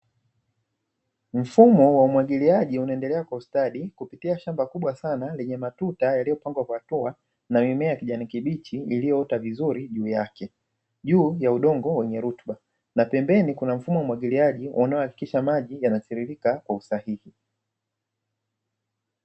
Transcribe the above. Mfumo wa umwagiliaji unaendelea kwa ustadi ,kupitia shamba kubwa sana lenye matuta yaliyopangwa kwa hatua na mimea ya kijani kibichi iliyoota vizuri juu yake, juu ya udongo wenye rutba na pembeni kuna mfumo wa umwagiliaji unaohakikisha maji yanatiririka kwa usahihi.